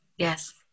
Yes